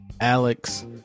alex